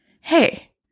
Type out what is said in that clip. hey